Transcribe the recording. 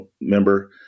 member